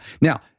Now